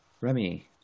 Remy